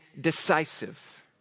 decisive